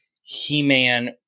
He-Man